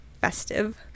festive